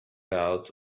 out